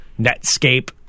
Netscape